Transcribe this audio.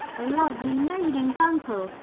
the lovely maiding's uncle,